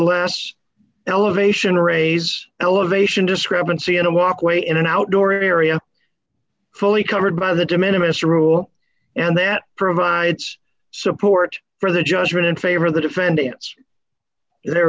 less elevation array's elevation discrepancy in a walkway in an outdoor area fully covered by the demand mr rule and that provides support for the judgment in favor of the defendants there